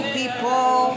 people